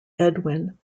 edwin